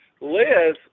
Liz